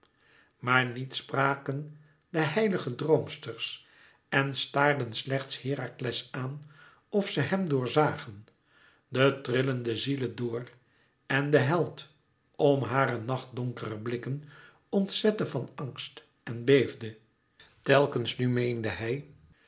maar niet spraken de heilige droomsters en staarden slechts herakles aan of ze hem dor zagen de trillende ziele door en de held om hare nachtdonkere blikken ontzette van angst en beefde telkens nu meende hij